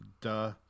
Duh